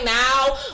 now